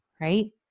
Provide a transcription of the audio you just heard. right